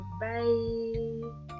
bye